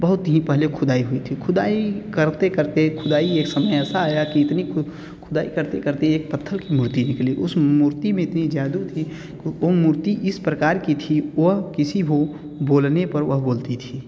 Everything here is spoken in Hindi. बहुत ही पहले खुदाई हुई थी खुदाई करते करते खुदाई एक समय ऐसा आया कि इतनी खू खुदाई करते करते एक पत्थर कि मूर्ति निकली उस मूर्ति में इतनी जादू थी कि वह मूर्ति इस प्रकार की थी वह किसी भी बोलने पर वह बोलती थी